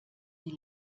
die